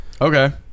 Okay